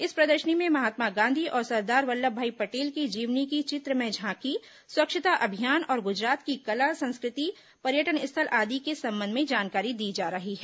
इस प्रदर्शनी में महात्मा गांधी और सरदार वल्लभभाई पटेल की जीवनी की चित्रमय झांकी स्वच्छता अभियान और गुजरात की संस्कृति पर्यटन स्थल आदि के संबंध में जानकारी दी जा रही है